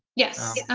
yes.